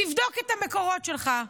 תבדוק את המקורות שלך.